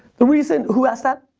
the reason, who asked that?